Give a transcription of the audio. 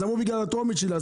אז אמרו בגלל הטרומית שלו.